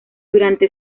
durante